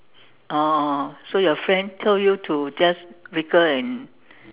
oh oh so your friend told you to just wriggle and